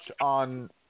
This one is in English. on